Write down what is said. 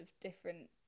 different